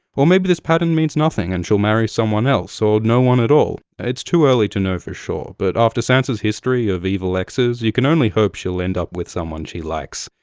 or maybe this pattern means nothing and she'll marry someone else, or no one at all. it's too early to know for sure, but after sansa's history of evil exes, you can only hope she'll end up with someone she likes.